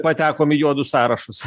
patekom į juodus sąrašus